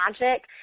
magic